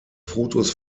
fotos